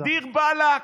דיר באלכ.